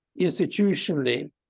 Institutionally